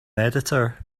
editor